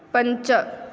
पञ्च